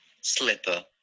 Slipper